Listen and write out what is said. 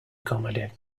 comedy